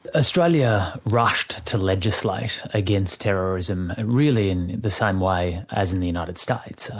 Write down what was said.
australia rushed to legislate against terrorism, really in the same way as in the united states.